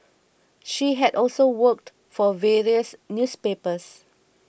she had also worked for various newspapers